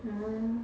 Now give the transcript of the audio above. hmm